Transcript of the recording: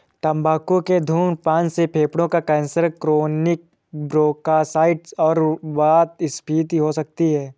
तंबाकू के धूम्रपान से फेफड़ों का कैंसर, क्रोनिक ब्रोंकाइटिस और वातस्फीति हो सकती है